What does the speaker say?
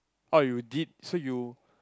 oh you did so you